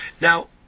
Now